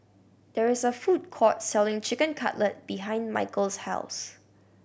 there is a food court selling Chicken Cutlet behind Mikel's house